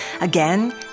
Again